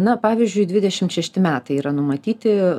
na pavyzdžiui dvidešimt šešti metai yra numatyti